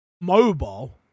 Mobile